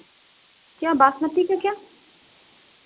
क्या बासमती का क्या